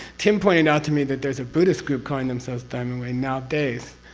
tim pointed out to me that there's a buddhist group calling themselves diamond way nowadays,